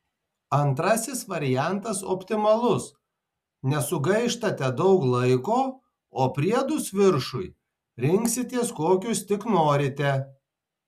antrasis variantas optimalus nesugaištate daug laiko o priedus viršui rinksitės kokius tik norite